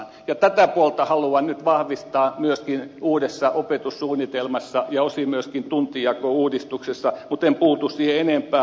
ja tätä puolta haluan nyt vahvistaa myöskin uudessa opetussuunnitelmassa ja osin myöskin tuntijakouudistuksessa mutta en puutu siihen enempää